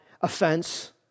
offense